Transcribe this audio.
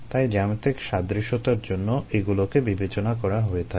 তাই জ্যামিতিক সাদৃশ্যতার জন্য এগুলোকে বিবেচনা করা হয়ে থাকে